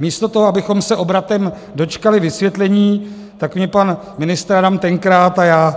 Místo toho, abychom se obratem dočkali vysvětlení, tak mě pan ministr Adam tenkrát a já